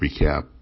recap